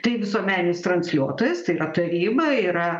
tai visuomeninis transliuotojas tai yra taryba yra